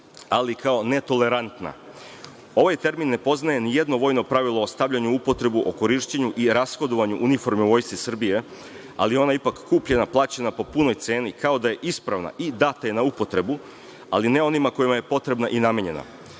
ali kao netolerantna. Ovaj termin ne poznaje nijedno vojno pravilo stavljeno u upotrebu o korišćenju i rashodovanju uniformi Vojske Srbije, ali je ona ipak kupljena, plaćena po punoj ceni kao da je ispravna i data je na upotrebu, ali ne onima kojima je potrebna i namenjena.